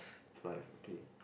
five okay